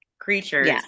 creatures